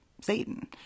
Satan